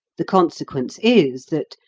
the consequence is that,